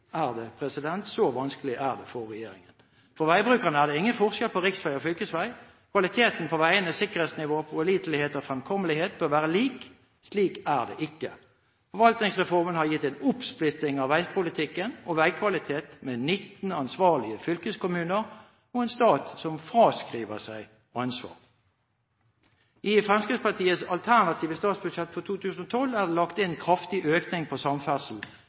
er det for regjeringen. For veibrukerne er det ingen forskjell på riksvei og fylkesvei. Kvaliteten på veiene, sikkerhetsnivået, påliteligheten og fremkommeligheten bør være lik. Slik er det ikke. Forvaltningsreformen har gitt en oppsplitting av veipolitikken og veikvaliteten, med 19 ansvarlige fylkeskommuner og en stat som fraskriver seg ansvar. I Fremskrittspartiets alternative statsbudsjett for 2012 er det lagt inn en kraftig økning på samferdsel,